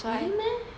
really meh